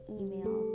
email